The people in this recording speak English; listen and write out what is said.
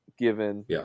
given